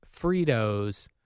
Fritos